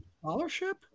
scholarship